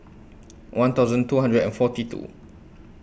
one thousand two hundred and forty two